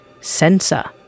Sensor